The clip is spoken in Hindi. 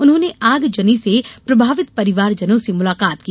उन्होंने आगजनी से प्रभावित परिवारजनों से मुलाकात की